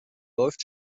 läuft